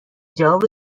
جواب